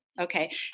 okay